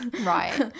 Right